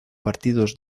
partidos